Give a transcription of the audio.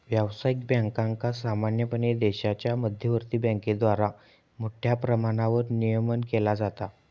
व्यावसायिक बँकांचा सामान्यपणे देशाच्या मध्यवर्ती बँकेद्वारा मोठ्या प्रमाणावर नियमन केला जाता